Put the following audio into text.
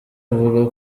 avuga